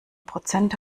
prozent